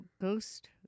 Ghost